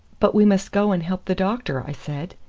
but we must go and help the doctor, i said.